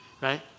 right